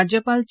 राज्यपाल चे